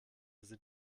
sind